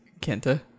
Kenta